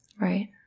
Right